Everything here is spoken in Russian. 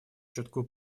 четкую